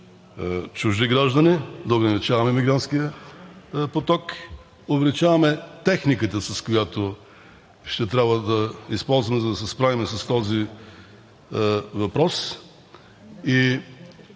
чужди граждани, да ограничаваме емигрантския поток. Увеличаваме техниката, която ще трябва да използваме, за да се справим с този въпрос